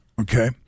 Okay